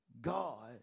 God